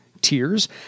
tiers